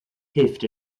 hilft